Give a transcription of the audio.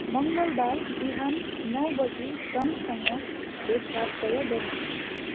मङ्गलबार बिहान नौ बजे टमसँग भेटघाट तय गर्नुहोस्